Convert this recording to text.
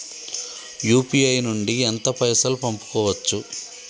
UPI నుండి ఎంత పైసల్ పంపుకోవచ్చు?